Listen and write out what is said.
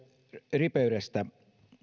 ripeydestä